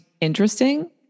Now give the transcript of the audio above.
interesting